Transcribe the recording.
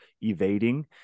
evading